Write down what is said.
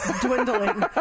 dwindling